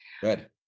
good